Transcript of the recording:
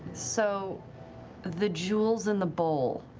so the jewels in the bowl